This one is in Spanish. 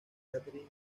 katherine